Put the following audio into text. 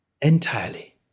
Entirely